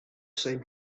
same